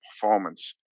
performance